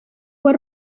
fue